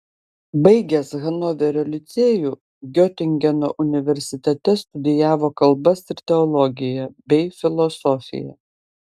baigęs hanoverio licėjų giotingeno universitete studijavo kalbas ir teologiją bei filosofiją